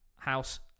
House